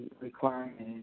requirement